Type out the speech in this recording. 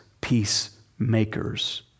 peacemakers